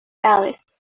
alice